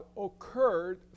occurred